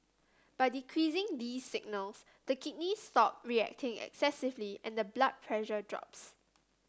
by decreasing these signals the kidneys stop reacting excessively and the blood pressure drops